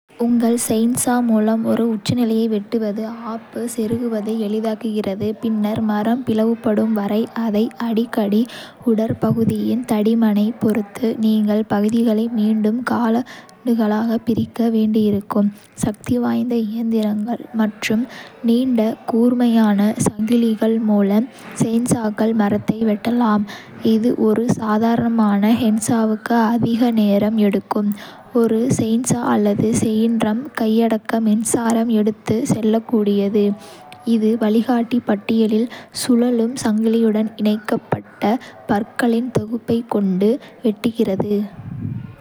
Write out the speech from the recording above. உங்கள் செயின்சா மூலம் ஒரு உச்சநிலையை வெட்டுவது ஆப்பு செருகுவதை எளிதாக்குகிறது, பின்னர் மரம் பிளவுபடும் வரை அதை அடிக்கவும். உடற்பகுதியின் தடிமனைப் பொறுத்து, நீங்கள் பகுதிகளை மீண்டும் காலாண்டுகளாகப் பிரிக்க வேண்டியிருக்கும். சக்திவாய்ந்த இயந்திரங்கள் மற்றும் நீண்ட கூர்மையான சங்கிலிகள் மூலம், செயின்சாக்கள் மரத்தை வெட்டலாம், இது ஒரு சாதாரண ஹேண்ட்சாவுக்கு அதிக நேரம் எடுக்கும். ஒரு செயின்சா அல்லது செயின் ரம் கையடக்க மின்சாரம் எடுத்துச் செல்லக்கூடியது, இது வழிகாட்டி பட்டியில் சுழலும் சங்கிலியுடன் இணைக்கப்பட்ட பற்களின் தொகுப்பைக் கொண்டு வெட்டுகிறது.